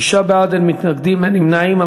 שישה בעד, אין מתנגדים, אין נמנעים.